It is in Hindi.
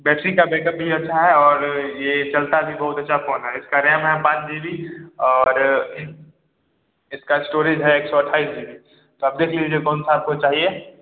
बैटरी का बैकअप भी अच्छा है और ये चलता भी बहुत अच्छा फोन है इसका रैम है पाँच जी बी और इसका स्टोरेज है एक सौ अट्ठाईस जी बी आप देख लीजिए आपको कौन सा चाहिए